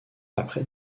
après